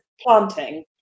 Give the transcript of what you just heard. planting